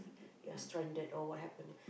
you at stranded or what happen if